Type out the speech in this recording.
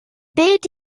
bid